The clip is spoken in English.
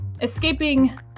escaping